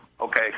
Okay